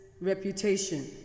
reputation